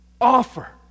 offer